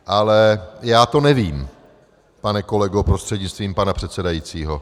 Ale já to nevím, pane kolego prostřednictvím pana předsedajícího.